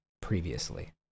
previously